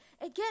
again